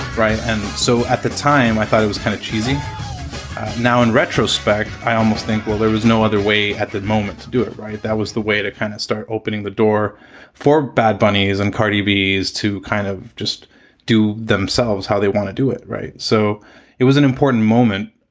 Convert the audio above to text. right. and so at the time, i thought it was kind of cheesy now, in retrospect, i almost think, well, there was no other way at the moment to do it right. that was the way to kind of start opening the door for bad bunnies and cardi b's to kind of just do themselves how they want do it. right. so it was an important moment,